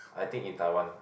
I think in Taiwan